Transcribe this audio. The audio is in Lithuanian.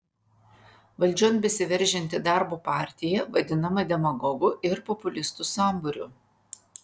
valdžion besiveržianti darbo partija vadinama demagogų ir populistų sambūriu